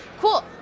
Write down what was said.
cool